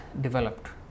developed